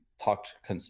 talked